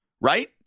right